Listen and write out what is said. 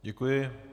Děkuji.